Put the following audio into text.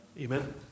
Amen